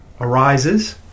arises